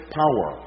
power